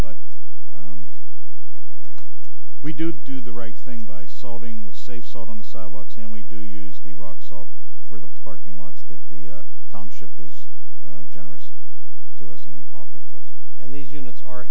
but we do do the right thing by solving with safe salt on the sidewalks and we do use the rock salt for the parking lots that the township is generous to us and offers to us and these units are